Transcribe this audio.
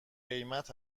قیمت